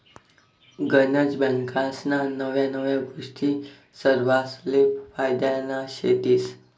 गनज बँकास्ना नव्या नव्या गोष्टी सरवासले फायद्यान्या शेतीस